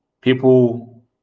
People